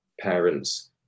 parents